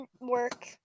work